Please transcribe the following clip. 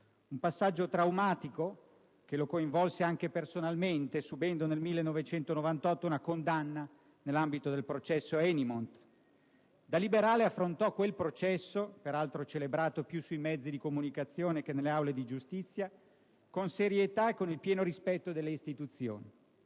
un passaggio traumatico che lo coinvolse anche personalmente, subendo nel 1998 una condanna nell'ambito del processo Enimont. Da liberale affrontò quel processo - peraltro celebrato più sui mezzi di comunicazione che nelle aule di giustizia - con serietà e con il pieno rispetto delle istituzioni.